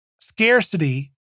scarcity